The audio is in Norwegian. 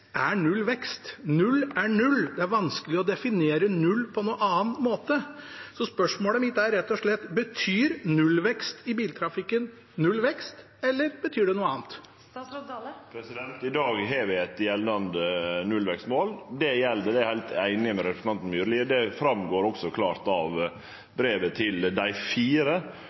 er null. Det er vanskelig å definere null på noen annen måte. Så spørsmålet mitt er rett og slett: Betyr nullvekst i biltrafikken null vekst, eller betyr det noe annet? I dag har vi eit gjeldande nullvekstmål – eg er heilt einig med representanten Myrli, og det går også fram av brevet – i dei fire